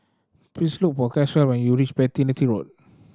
please look for Caswell when you reach Beatty Road